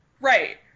Right